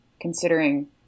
considering